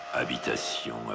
Habitation